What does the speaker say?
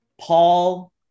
paul